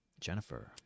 jennifer